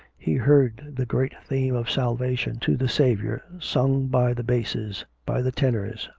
he heard the great theme of salvation to the saviour sung by the basses, by the tenors,